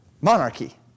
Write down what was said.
monarchy